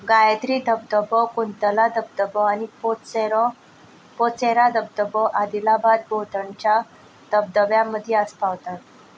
गायत्री धबधबो कुंतला धबधबो आनी पोचेरो पोचेरा धबधबो आदिलाबाद भोवतणच्या धबधब्या मदीं आस पावतात